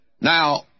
Now